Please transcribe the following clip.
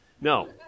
No